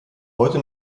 heute